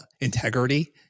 Integrity